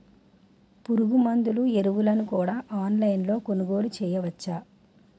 పురుగుమందులు ఎరువులను కూడా ఆన్లైన్ లొ కొనుగోలు చేయవచ్చా?